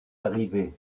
arrivée